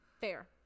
Fair